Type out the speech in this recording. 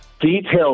Details